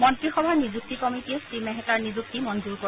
মন্ত্ৰীসভাৰ নিযুক্তি কমিটীয়ে শ্ৰী মেহতাৰ নিযুক্তি মঞ্জুৰ কৰে